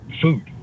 food